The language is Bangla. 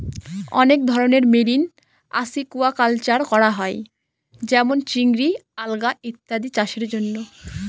অনেক ধরনের মেরিন আসিকুয়াকালচার করা হয় যেমন চিংড়ি, আলগা ইত্যাদি চাষের জন্য